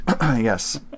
Yes